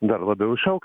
dar labiau išaugs